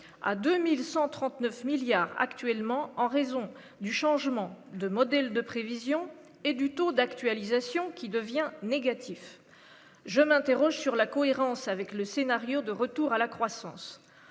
à 2139 milliards actuellement en raison du changement de modèle de prévision et du taux d'actualisation qui devient négatif, je m'interroge sur la cohérence avec le scénario de retour à la croissance